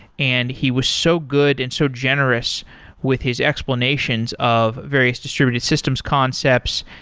and he was so good and so generous with his explanations of various distributed systems concepts,